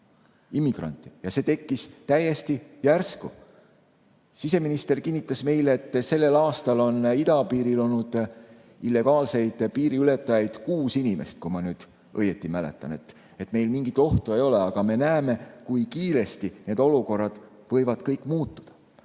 Ja see tekkis täiesti järsku. Siseminister kinnitas meile, et sellel aastal on idapiiril olnud illegaalseid piiriületajaid kuus inimest, kui ma nüüd õigesti mäletan. Meil mingit ohtu ei ole, aga me näeme, kui kiiresti need olukorrad võivad muutuda.